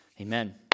Amen